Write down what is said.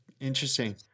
Interesting